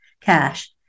cash